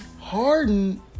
Harden